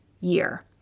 year